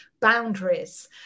boundaries